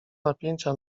napięcia